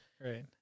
right